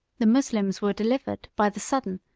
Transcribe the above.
the moslems were delivered by the sudden,